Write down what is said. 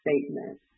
statement